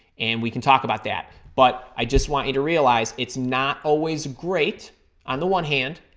and we can talk about that. but, i just want you to realize it's not always great on the one hand,